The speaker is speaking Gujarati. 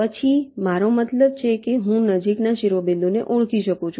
પછી મારો મતલબ છે કે હું નજીકના શિરોબિંદુને ઓળખી શકું છું